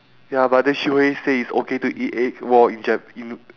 ya but they straightaway say it's okay to eat egg raw in jap~ in